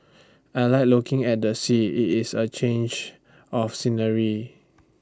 I Like looking at the sea IT is A change of scenery